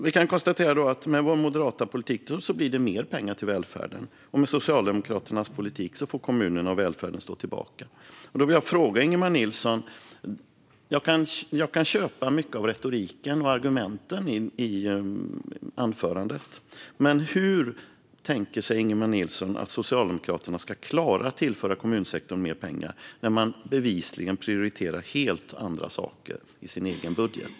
Vi kan konstatera att med vår moderata politik blir det mer pengar till välfärden, och med Socialdemokraternas politik får kommunerna och välfärden stå tillbaka. Jag vill ställa en fråga till Ingemar Nilsson. Jag kan köpa mycket av retoriken och argumenten i hans anförande, men hur tänker sig Ingemar Nilsson att Socialdemokraterna ska klara att tillföra kommunsektorn mer pengar när man bevisligen prioriterar helt andra saker i sin egen budget?